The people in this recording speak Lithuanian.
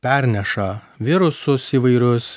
perneša virusus įvairius